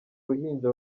ruhinja